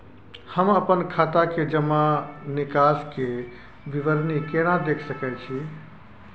हम अपन खाता के जमा निकास के विवरणी केना देख सकै छी?